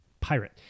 Pirate